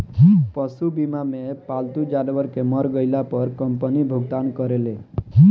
पशु बीमा मे पालतू जानवर के मर गईला पर कंपनी भुगतान करेले